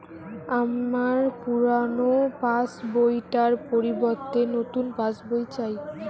আমার পুরানো passbook টার পরিবর্তে নতুন পাশ বই চাই